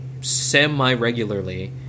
semi-regularly